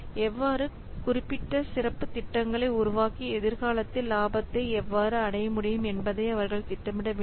எவ்வாறு குறிப்பிட்ட சிறப்பு திட்டங்களை உருவாக்கி எதிர்காலத்தில் லாபத்தை எவ்வாறு அடைய முடியும் என்பதை அவர்கள் திட்டமிட வேண்டும்